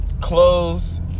clothes